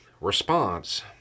response